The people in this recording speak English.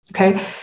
Okay